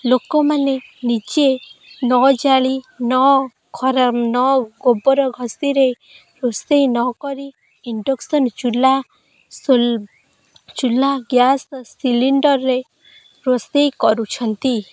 ଲୋକମାନେ ନିଜେ ନଜାଳି ନଖର ନ ଗୋବର ଘଷିରେ ରୋଷେଇ ନକରି ଇଂଡ଼କ୍ସନ୍ ଚୂଲା ସୋଲା ଚୁଲା ଗ୍ୟାସ୍ ସିଲିଣ୍ଡର୍ରେ ରୋଷେଇ କରୁଛନ୍ତି